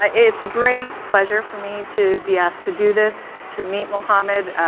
ah it's a great pleasure for me to be asked to do this to meet mohamed.